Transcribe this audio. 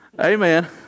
Amen